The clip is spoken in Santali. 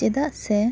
ᱪᱮᱫᱟᱜ ᱥᱮ